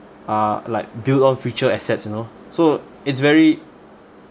uh like build on future assets you know so it's very